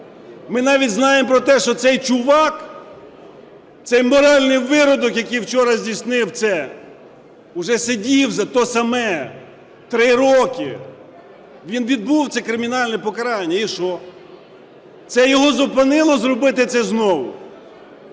Ми навіть знаємо про те, що цей чувак, це моральний виродок, який вчора здійснив це, уже сидів за то саме 3 роки, він відбув це кримінальне покарання. І що, це його зупинило зробити це знову?